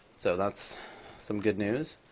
so that's some good news.